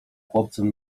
chłopcem